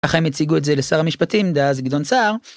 אך הם הציגו את זה לשר המשפטים דאז גדעון סער.